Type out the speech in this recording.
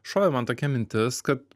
šovė man tokia mintis kad